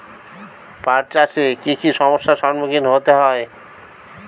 পাঠ চাষে কী কী সমস্যার সম্মুখীন হতে হয়?